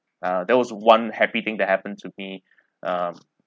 uh that was one happy thing that happened to me um